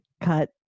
cut